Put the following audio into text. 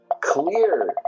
clear